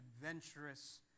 adventurous